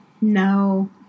no